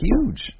Huge